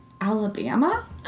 Alabama